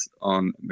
on